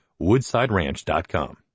woodsideranch.com